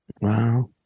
Wow